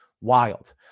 Wild